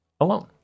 alone